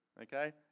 Okay